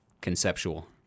conceptual